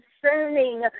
concerning